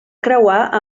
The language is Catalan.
creuar